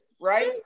right